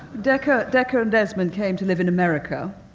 decca, decca and esmond came to live in america.